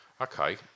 Okay